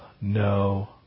no